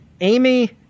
Amy